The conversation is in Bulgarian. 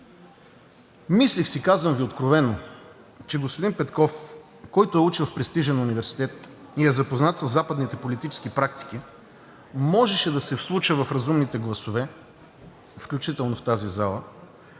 Мислех си, казвам Ви откровено, че господин Петков, който е учил в престижен университет и е запознат със западните политически практики, можеше да се вслуша в разумните гласове, включително в тази зала,